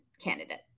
candidate